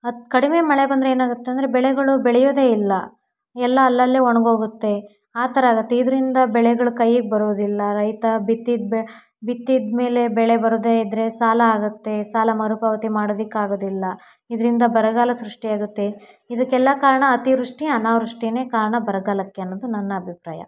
ಅತ್ತ ಕಡಿಮೆ ಮಳೆ ಬಂದರೆ ಏನಾಗತ್ತೆ ಅಂದರೆ ಬೆಳೆಗಳು ಬೆಳಿಯೋದೇ ಇಲ್ಲ ಎಲ್ಲ ಅಲ್ಲಲ್ಲೇ ಒಣಗೋಗುತ್ತೆ ಆ ಥರ ಆಗುತ್ತೆ ಇದರಿಂದ ಬೆಳೆಗಳು ಕೈಗೆ ಬರೋದಿಲ್ಲ ರೈತ ಬಿತ್ತಿದ ಬೆ ಬಿತ್ತಿದ ಮೇಲೆ ಬೆಳೆ ಬರದೇ ಇದ್ದರೆ ಸಾಲ ಆಗುತ್ತೆ ಸಾಲ ಮರುಪಾವತಿ ಮಾಡೋದಕ್ಕಾಗೋದಿಲ್ಲ ಇದರಿಂದ ಬರಗಾಲ ಸೃಷ್ಟಿ ಆಗುತ್ತೆ ಇದಕ್ಕೆಲ್ಲ ಕಾರಣ ಅತಿವೃಷ್ಟಿ ಅನಾವೃಷ್ಟಿನೇ ಕಾರಣ ಬರಗಾಲಕ್ಕೆ ಅನ್ನೋದು ನನ್ನ ಅಭಿಪ್ರಾಯ